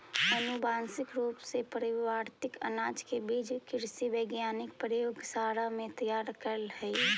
अनुवांशिक रूप से परिवर्तित अनाज के बीज कृषि वैज्ञानिक प्रयोगशाला में तैयार करऽ हई